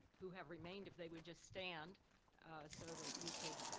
who have remained, if they would just stand so that you could.